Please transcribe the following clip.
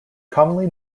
commonly